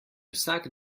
vsak